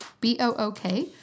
b-o-o-k